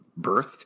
birthed